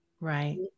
Right